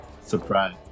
Surprise